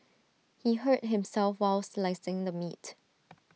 he hurt himself while slicing the meat